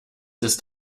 ist